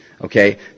okay